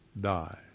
die